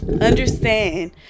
understand